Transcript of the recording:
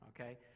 okay